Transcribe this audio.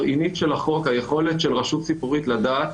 חקיקה ליישום המדיניות הכלכלית לשנות התקציב 2021 ו-2022,